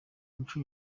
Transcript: umuco